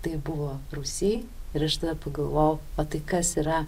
tai buvo rūsy ir aš pagalvojau o tai kas yra